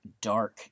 dark